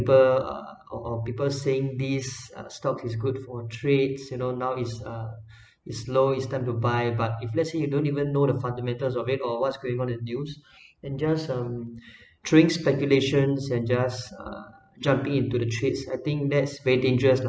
people uh or people saying this uh stock is good for trades you know now it's uh it's low it's time to buy but if let's say you don't even know the fundamentals of it or what's going on in news and just um trades speculations and just uh juggling into the trades I think that's very dangerous